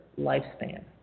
lifespan